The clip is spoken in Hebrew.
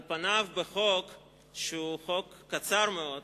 על פניו בחוק שהוא חוק קצר מאוד,